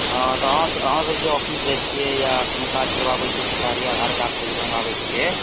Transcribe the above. हॅं तऽ आहाँसब जे ऑफिस जाइ छियै या कोनो काज करबाबै छियै सरकारी आधार कार्ड सब जे बनबाबै छियै